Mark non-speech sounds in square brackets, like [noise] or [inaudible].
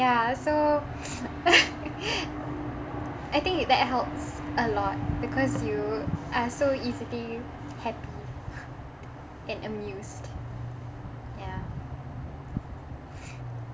ya so [laughs] I think it that helps a lot because you are so easily happy and amused ya